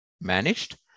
managed